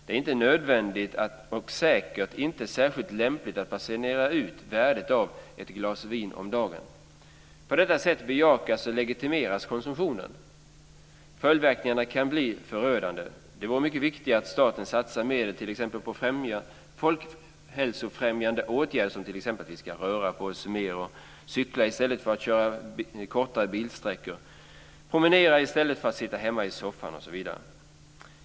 Det är inte nödvändigt och säkert inte särskilt lämpligt att basunera ut värdet av ett glas vin om dagen. På detta sätt bejakas och legitimeras konsumtionen. Följdverkningarna kan bli förödande. Det är mycket viktigare att staten satsar medel på folkhälsofrämjande åtgärder och t.ex. får oss att röra på oss mer, cykla i stället för att köra kortare bilsträckor och promenera i stället för att sitta hemma i soffan.